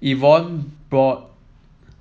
Evon bought